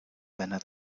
seiner